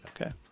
Okay